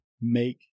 make